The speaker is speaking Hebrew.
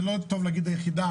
זה לא טוב להגיד היחידה,